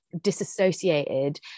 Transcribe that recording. disassociated